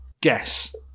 Guess